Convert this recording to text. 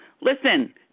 Listen